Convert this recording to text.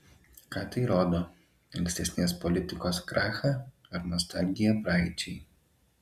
ką tai rodo ankstesnės politikos krachą ar nostalgiją praeičiai